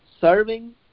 serving